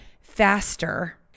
faster